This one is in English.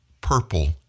purple